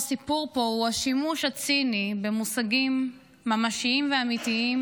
הסיפור פה הוא השימוש הציני במושגים ממשיים ואמיתיים